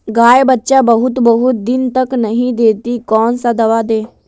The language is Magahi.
गाय बच्चा बहुत बहुत दिन तक नहीं देती कौन सा दवा दे?